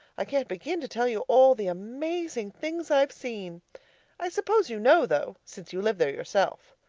i can't begin to tell you all the amazing things i've seen i suppose you know, though, since you live there yourself.